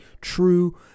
true